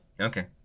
okay